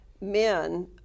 men